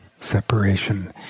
Separation